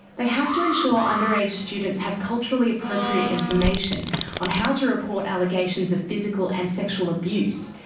they have to ensure under-age students have culturally appropriate information on how to report allegations of physical and sexual abuse,